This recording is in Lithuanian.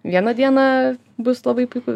vieną dieną bus labai puiku